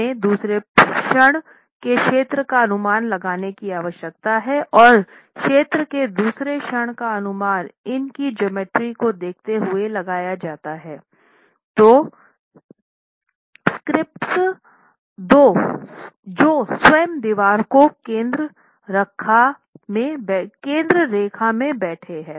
हमें दूसरे क्षण के क्षेत्र का अनुमान लगाने की आवश्यकता है और क्षेत्र के दूसरे क्षण का अनुमान इन की ज्योमेट्री को देखते हुए लगाया जाता है दो स्ट्रिप्स जो स्वयं दीवार की केंद्र रेखा में बैठे हैं